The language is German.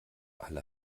alle